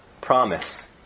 promise